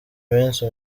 minsi